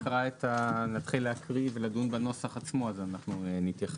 כשנתחיל להקריא ולדון בנוסח עצמו, נתייחס.